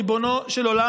ריבונו של עולם,